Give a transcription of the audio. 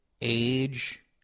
age